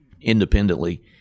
independently